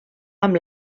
amb